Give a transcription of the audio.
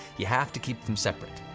you have to keep them separate.